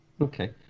Okay